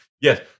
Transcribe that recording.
Yes